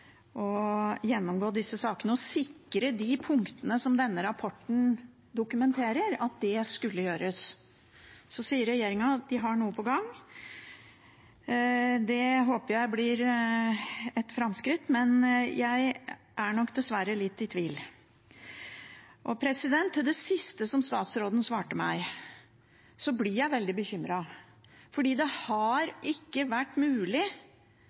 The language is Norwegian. å gjennomgå disse sakene og sikre de punktene som denne rapporten dokumenterer, og at det skulle gjøres. Så sier regjeringen at de har noe på gang. Det håper jeg blir et framskritt, men jeg er nok dessverre litt i tvil. Med det siste som statsråden svarte meg, blir jeg veldig bekymret, for det har ikke vært mulig